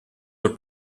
were